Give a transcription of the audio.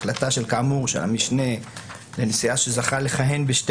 החלטה של המשנה לנשיאה שזכה לכהן בשתי